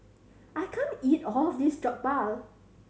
I can't eat all of this Jokbal